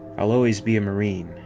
i'll always be a marine.